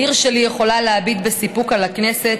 העיר שלי יכולה להביט בסיפוק על הכנסת,